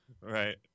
Right